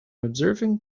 observing